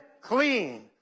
clean